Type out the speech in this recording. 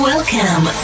Welcome